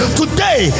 today